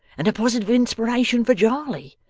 and a positive inspiration for jarley.